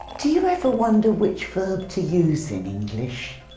do you ever wonder which verb to use in english?